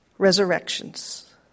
Resurrections